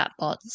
chatbots